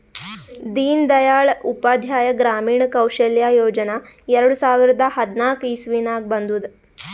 ದೀನ್ ದಯಾಳ್ ಉಪಾಧ್ಯಾಯ ಗ್ರಾಮೀಣ ಕೌಶಲ್ಯ ಯೋಜನಾ ಎರಡು ಸಾವಿರದ ಹದ್ನಾಕ್ ಇಸ್ವಿನಾಗ್ ಬಂದುದ್